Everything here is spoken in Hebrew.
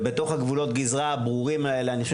ובתוך גבולות הגזרה הברורים האלה אני חושב